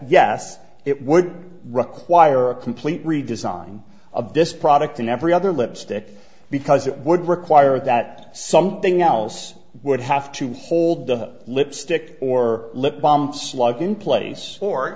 yes it would require a complete redesign of this product and every other lipstick because it would require that something else would have to hold the lipstick or lip balms live in place or